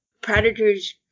predators